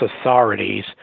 authorities